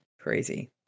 Crazy